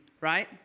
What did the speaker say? Right